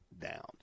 down